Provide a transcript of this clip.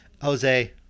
Jose